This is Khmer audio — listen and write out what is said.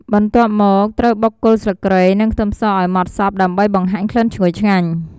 បន្ទាប់មក ត្រូវបុកគល់ស្លឹកគ្រៃ និងខ្ទឹមសឱ្យម៉ដ្ឋសព្វ ដើម្បីឱ្យបង្ហាញក្លិនឈ្ងុយឆ្ងាញ់។